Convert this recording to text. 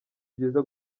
byiza